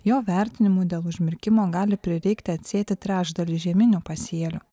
jo vertinimu dėl užmirkimo gali prireikti atsėti trečdalį žieminių pasielių